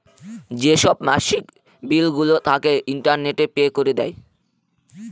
যেসব মাসিক বিলগুলো থাকে, ইন্টারনেটে পে করে দেয়